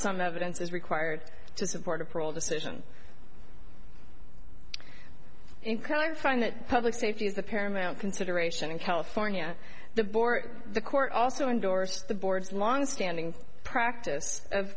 some evidence is required to support a parole decision income i find that public safety is the paramount consideration in california the board the court also endorsed the board's longstanding practice of